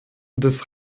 des